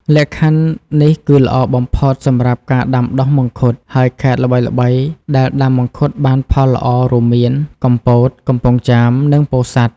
លក្ខខណ្ឌនេះគឺល្អបំផុតសម្រាប់ការដាំដុះមង្ឃុត ហើយខេត្តល្បីៗដែលដាំមង្ឃុតបានផលល្អរួមមាន កំពត កំពង់ចាម និងពោធិ៍សាត់។